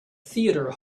theater